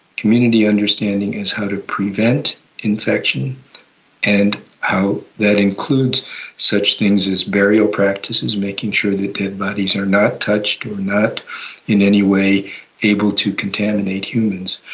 community understanding is how to prevent infection and how that includes such things as burial practices, making sure that dead bodies are not touched or not in any way able to contaminate humans.